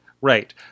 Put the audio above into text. Right